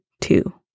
two